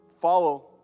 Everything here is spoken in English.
follow